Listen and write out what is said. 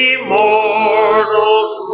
Immortals